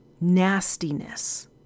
nastiness